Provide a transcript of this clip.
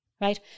Right